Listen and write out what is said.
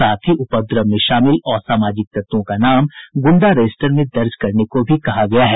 साथ ही उपद्रव में शामिल आसामाजिक तत्वों का नाम गुंडा रजिस्टर में दर्ज करने को भी कहा गया है